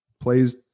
plays